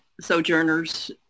Sojourners